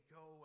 go